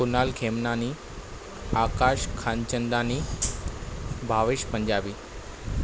Kunal Khemnani Akash Khanchandani Bhavesh Punjabi